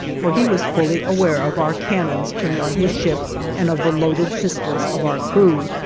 for he was fully aware of our cannons turned on his ship and of the loaded pistols of our crew.